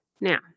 Now